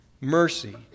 mercy